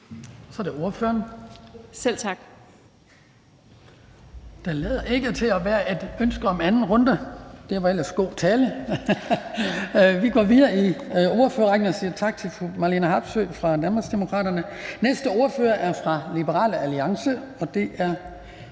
(Hans Kristian Skibby): Der lader ikke til at være et ønske om en anden kort bemærkning. Det var ellers en god tale. Vi går videre i ordførerrækken og siger tak til fru Marlene Harpsøe fra Danmarksdemokraterne. Næste ordfører er fra Liberal Alliance, og det er